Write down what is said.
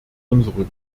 unsere